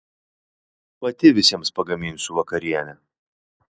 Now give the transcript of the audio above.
pati visiems pagaminsiu vakarienę